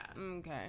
okay